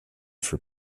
for